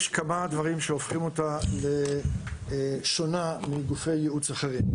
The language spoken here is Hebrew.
יש כמה דברים שהופכים אותה לשונה מגופי ייעוץ אחרים.